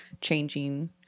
changing